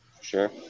sure